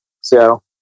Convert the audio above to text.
Seattle